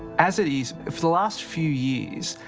as it is, for the last few years,